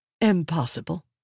Impossible